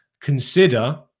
consider